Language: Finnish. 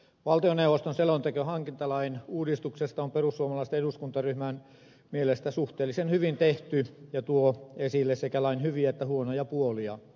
valtioneuvoston selonteko hankintalain uudistuksesta on perussuomalaisten eduskuntaryhmän mielestä suhteellisen hyvin tehty ja tuo esille sekä lain hyviä että huonoja puolia